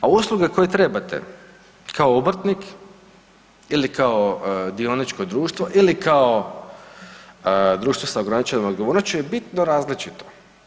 A usluge koje trebate, kao obrtnik ili kao dioničko društvo ili kao društvo sa ograničenom odgovornošću je bitno različito.